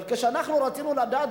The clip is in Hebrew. אבל כשאנחנו רצינו לדעת,